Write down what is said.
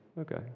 Okay